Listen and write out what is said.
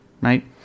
right